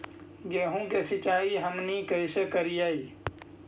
गेहूं के सिंचाई हमनि कैसे कारियय?